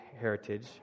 heritage